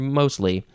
mostly